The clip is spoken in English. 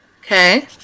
okay